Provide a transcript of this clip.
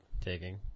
taking